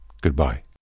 Goodbye